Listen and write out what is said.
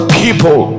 people